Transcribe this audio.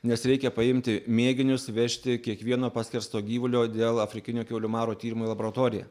nes reikia paimti mėginius vežti kiekvieno paskersto gyvulio dėl afrikinio kiaulių maro tyrimui į laboratoriją